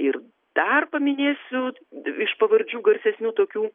ir dar paminėsiu iš pavardžių garsesnių tokių